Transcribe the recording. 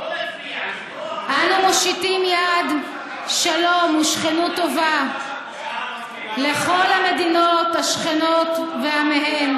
"אנו מושיטים יד שלום ושכנות טובה לכל המדינות השכנות ועמיהן,